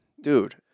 Dude